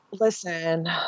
Listen